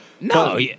No